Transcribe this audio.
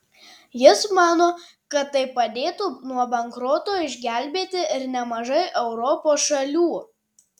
jis mano kad tai padėtų nuo bankroto išgelbėti ir nemažai europos šalių